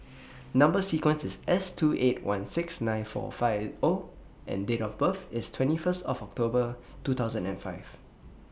Number sequence IS S two eight one six nine four five O and Date of birth IS twenty First of October two thousand and five